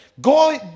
go